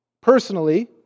personally